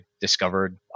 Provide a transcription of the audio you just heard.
discovered